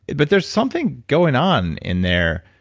but there's something going on in there